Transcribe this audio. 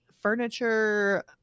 furniture